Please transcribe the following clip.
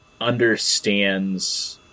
understands